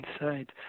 inside